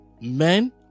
men